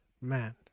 Man